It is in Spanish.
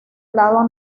lado